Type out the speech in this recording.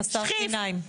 חסר שיניים.